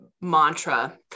mantra